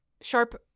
Sharp